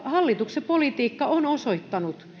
hallituksen politiikka on osoittanut